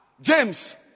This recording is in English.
James